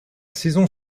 saison